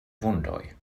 vundoj